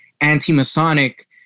anti-Masonic